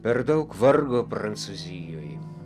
per daug vargo prancūzijoj